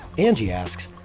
angie asks,